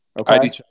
Okay